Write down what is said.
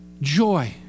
Joy